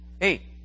Hey